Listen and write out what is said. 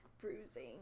bruising